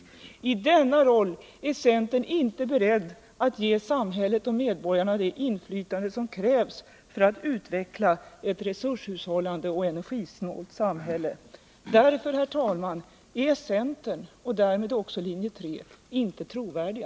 I denna roll är centern inte beredd att ge samhället, medborgarna och löntagarna det inflytande som krävs för att utveckla ett resurshushållande och energisnålt samhälle. Därför, herr talman, är centern och därmed linje 3 inte trovärdiga.